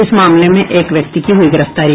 इस मामले में एक व्यक्ति की हुई गिरफ्तारी